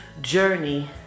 journey